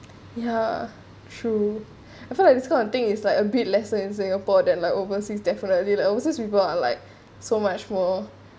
ya true I feel like this kind of thing is like a bit lesser in singapore than like overseas definitely like overseas people are like so much more